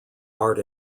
art